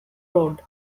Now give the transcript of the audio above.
road